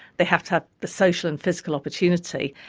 they have to have the social and physical opportunity,